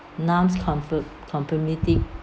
non-comfortability